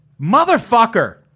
motherfucker